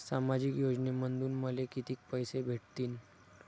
सामाजिक योजनेमंधून मले कितीक पैसे भेटतीनं?